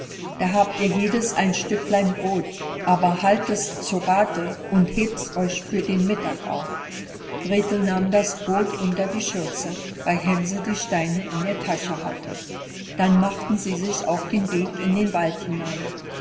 da habt ihr jedes ein stücklein brod aber haltets zu rathe und hebts euch für den mittag auf gretel nahm das brod unter die schürze weil hänsel die steine in der tasche hatte dann machten sie sich auf den weg in den wald hinein